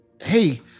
Hey